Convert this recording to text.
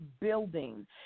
building